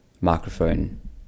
microphone